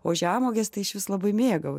o žemuoges tai išvis labai mėgau